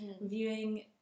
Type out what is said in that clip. viewing